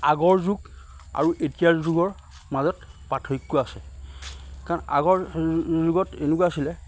আগৰ যুগ আৰু এতিয়াৰ যুগৰ মাজত পাৰ্থক্য আছে কাৰণ আগৰ যুগত এনেকুৱা আছিলে